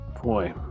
Boy